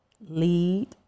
Lead